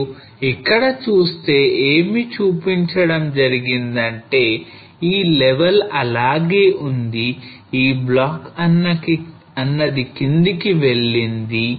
మీరు ఇక్కడ చూస్తే ఏమి చూపించడం జరిగిందంటే ఈ లెవెల్ అలాగే ఉంది ఈ బ్లాక్ అన్నది కిందకి వెళ్ళింది